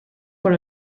por